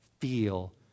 feel